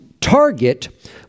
target